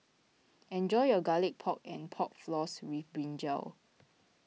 enjoy your Garlic Pork and Pork Floss with Brinjal